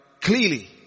clearly